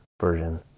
version